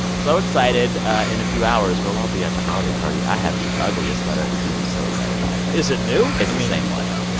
so excited in a few hours, we'll all be at the holiday party. i have the ugliest sweater. you're going to be so excited by it is it new? it's the same one oh,